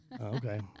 Okay